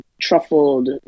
truffled